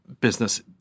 business